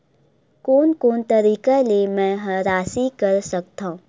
कोन कोन तरीका ले मै ह राशि कर सकथव?